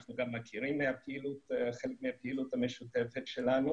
אנחנו גם מכירים מחלק מהפעילות המשותפת שלנו.